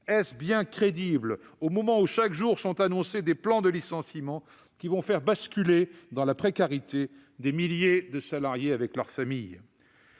Est-ce bien crédible, au moment où chaque jour sont annoncés des plans de licenciements, qui vont faire basculer dans la précarité des milliers de salariés et leurs familles ?